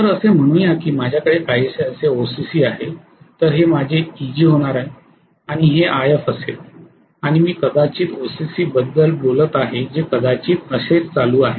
तर असे म्हणूया की माझ्याकडे काहीसे असे ओसीसी आहे तर हे माझे Eg होणार आहे आणि हे If असेल आणि मी कदाचित ओसीसीबद्दल बोलत आहे जे कदाचित असेच चालू आहे